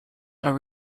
are